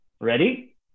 ready